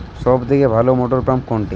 সবথেকে ভালো মটরপাম্প কোনটি?